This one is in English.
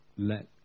let